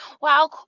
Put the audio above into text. Wow